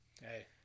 Hey